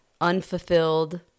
unfulfilled